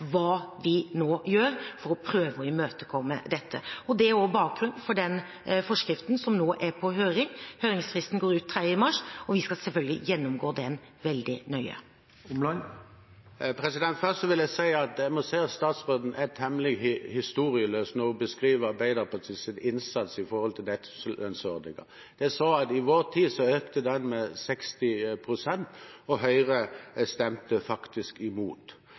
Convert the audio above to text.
hva vi nå skal gjøre for å prøve å imøtekomme dette. Det var bakgrunnen for den forskriften som nå er på høring. Høringsfristen går ut 3. mars, og vi skal selvfølgelig gjennomgå innspillene veldig nøye. Først vil jeg si at jeg synes statsråden er temmelig historieløs når hun beskriver Arbeiderpartiets innsats i forbindelse med nettolønnsordningen. Det er slik at i vår tid økte den med 60 pst., og Høyre stemte faktisk imot.